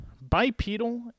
bipedal